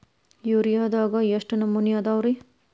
ಯೂರಿಯಾದಾಗ ಎಷ್ಟ ನಮೂನಿ ಅದಾವ್ರೇ?